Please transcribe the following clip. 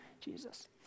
Jesus